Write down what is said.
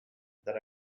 that